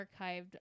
archived